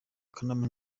kanama